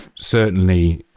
certainly,